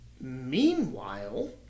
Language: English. Meanwhile